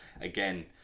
again